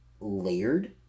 layered